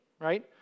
Right